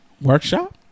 Workshop